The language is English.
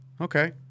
Okay